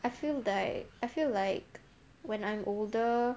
I feel like I feel like when I'm older